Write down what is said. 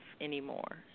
anymore